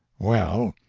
well,